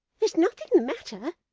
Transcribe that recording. there's nothing the matter